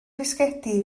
fisgedi